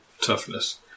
toughness